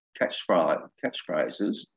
catchphrases